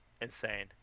insane